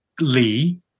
Lee